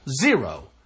Zero